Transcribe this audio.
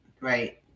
right